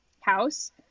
house